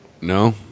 No